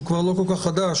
שהוא כבר לא כל כך חדש,